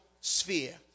sphere